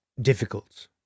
difficult